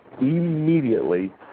immediately